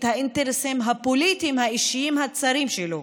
האינטרסים הפוליטיים האישיים הצרים שלו.